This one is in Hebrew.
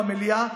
במליאה,